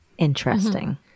Interesting